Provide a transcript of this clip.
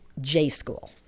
J-School